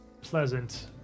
...pleasant